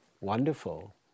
wonderful